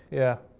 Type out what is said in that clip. yeah.